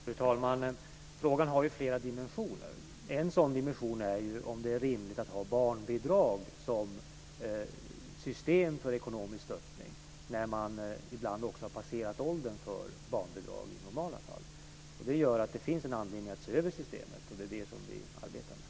Fru talman! Frågan har ju flera dimensioner. En dimension är om det är rimligt att ha barnbidrag som system för ekonomisk stöttning när man har passerat åldern för barnbidrag. Det gör att det finns anledning att se över systemet. Det är det vi arbetar med.